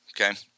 okay